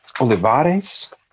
Olivares